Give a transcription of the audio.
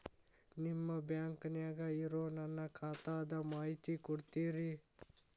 ನಿಮ್ಮ ಬ್ಯಾಂಕನ್ಯಾಗ ಇರೊ ನನ್ನ ಖಾತಾದ ಮಾಹಿತಿ ಕೊಡ್ತೇರಿ?